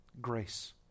Grace